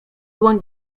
dłoń